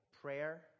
prayer